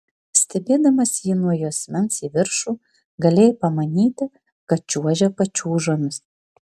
stebėdamas jį nuo juosmens į viršų galėjai pamanyti kad čiuožia pačiūžomis